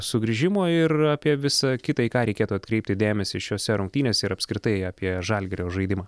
sugrįžimo ir apie visą kitą į ką reikėtų atkreipti dėmesį šiose rungtynėse ir apskritai apie žalgirio žaidimą